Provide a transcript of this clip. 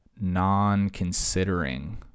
non-considering